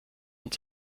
und